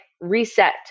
reset